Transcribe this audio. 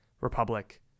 Republic